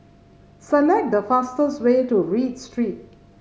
select the fastest way to Read Street